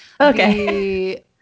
okay